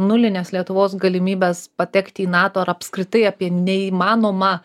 nulines lietuvos galimybes patekti į nato ar apskritai apie neįmanomą